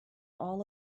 all